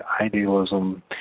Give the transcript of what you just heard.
idealism